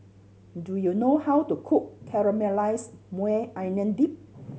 do you know how to cook Caramelized Maui Onion Dip